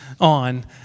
on